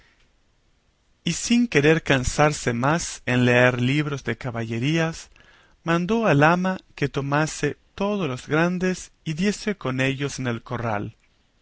el barbero y sin querer cansarse más en leer libros de caballerías mandó al ama que tomase todos los grandes y diese con ellos en el corral